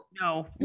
no